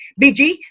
BG